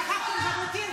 שכחתם את ז'בוטינסקי.